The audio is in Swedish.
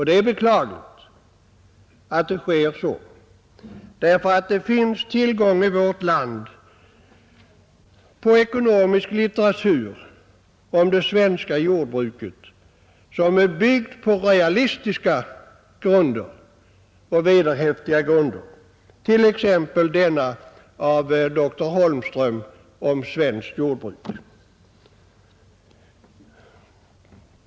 Det är beklagligt att så sker, därför att det finns i vårt land tillgång till ekonomisk litteratur om det svenska jordbruket som är byggd på realistiska och vederhäftiga grunder, t.ex. en bok av dr Holmström om svenskt jordbruk.